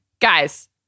Guys